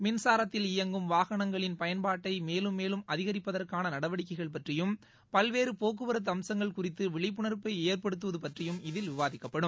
மின்சாரத்தில் வாகனங்களின் பயன்பாட்டைமேலும் இயங்கும் மேலும் அதிகரிப்பதற்கானநடவடிக்கைகள் பற்றியும் பல்வேறுபோக்குவரத்துஅம்சங்கள் குறித்துவிழிப்புண்வைஏற்படுத்துவதுபற்றியும் இதில் விவாதிக்கப்படும்